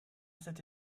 cette